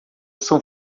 são